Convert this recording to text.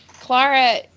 Clara